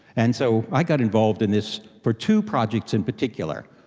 and so i got involved in this for two projects in particular.